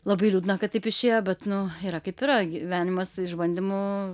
labai liūdna kad taip išėjo bet nu yra kaip yra gyvenimas išbandymų